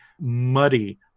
muddy